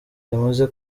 yamaze